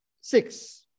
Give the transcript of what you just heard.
six